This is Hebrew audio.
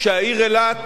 שהעיר אילת